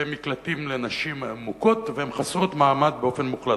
במקלטים לנשים מוכות והן חסרות מעמד באופן מוחלט.